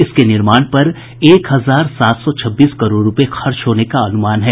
इसके निर्माण पर एक हजार सात सौ छब्बीस करोड़ रूपये खर्च होने का अनुमान है